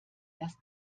erst